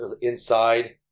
inside